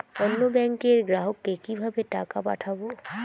অন্য ব্যাংকের গ্রাহককে কিভাবে টাকা পাঠাবো?